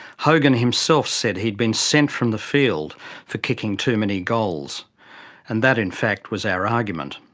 hogan himself said he'd been sent from the field for kicking too many goals and that in fact was our argument.